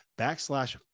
backslash